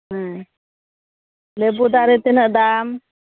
ᱦᱮᱸ ᱞᱮᱵᱩ ᱫᱟᱨᱮ ᱛᱤᱱᱟᱹᱜ ᱫᱟᱢ